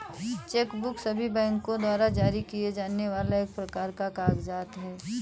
check book सभी बैंको द्वारा जारी किए जाने वाला एक प्रकार का कागज़ात है